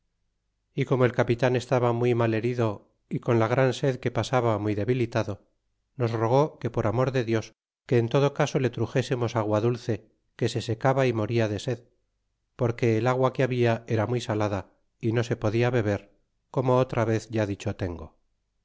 y como el capitan estaba muy mal herido y con la gran sed que pasaba muy debilitado nos rogó que por amor de dios que en todo caso le truxesemos agua dulce que se secaba y moría de sed porque el agua que habla era muy salada y no se podia beber como otra vez ya dicho tengo